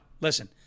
Listen